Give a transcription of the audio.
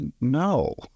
no